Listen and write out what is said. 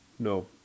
No